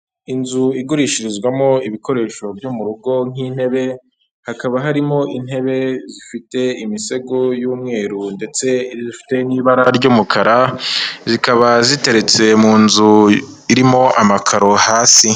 Inzu igurishirizwamo ibikoresho byo mu rugo nk'intebe, hakaba harimo intebe zifite imisego y'umweru ndetse zifite n'ibara ry'umukara, zikaba ziteretse mu nzu irimo amakaro hasi.